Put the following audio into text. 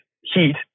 heat